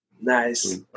nice